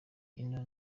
ino